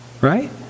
Right